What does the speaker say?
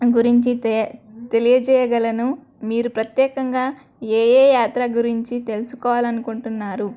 గురించి తెలియజేయగలను మీరు ప్రత్యేకంగా ఏ యే యాత్ర గురించి తెలుసుకోవాలని అనుకుంటున్నారు